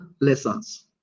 lessons